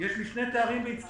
יש לי שני תארים בהצטיינות.